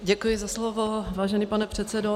Děkuji za slovo, vážený pane předsedo.